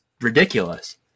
ridiculous